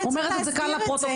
אומרת את זה כאן לפרוטוקול.